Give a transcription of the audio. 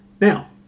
Now